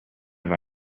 have